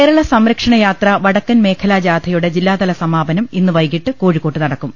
കേരള സംരക്ഷണ യാത്ര വടക്കൻ മേഖലാജാഥയുടെ ജില്ലാ തല സമാപനം ഇന്ന് വൈകിട്ട് കോഴിക്കോട്ട് നടക്കും